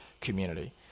community